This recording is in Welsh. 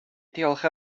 diolch